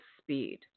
speed